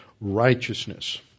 righteousness